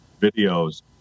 videos